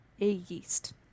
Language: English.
A-yeast